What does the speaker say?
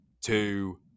two